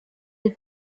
die